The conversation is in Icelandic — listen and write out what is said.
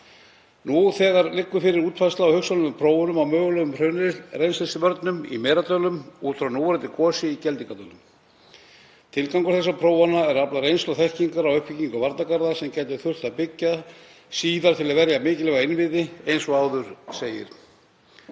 Nú þegar liggur fyrir útfærsla á hugsanlegum prófunum á mögulegum hraunrennslisvörnum í Merardölum út frá núverandi gosi í Geldingadölum. Tilgangur þessa prófana er að afla reynslu og þekkingar á uppbyggingu varnargarða sem gæti þurft að byggja síðar til að verja mikilvæga innviði, eins og áður segir.